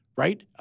right